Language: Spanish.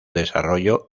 desarrollo